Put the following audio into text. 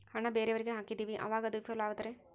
ಹಣ ಬೇರೆಯವರಿಗೆ ಹಾಕಿದಿವಿ ಅವಾಗ ಅದು ವಿಫಲವಾದರೆ?